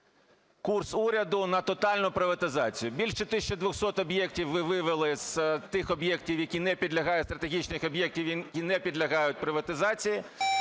курс уряду на тотальну приватизацію. Більше 1200 об'єктів ви вивели з тих об'єктів, стратегічних об'єктів, які не підлягають приватизації.